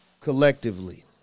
Collectively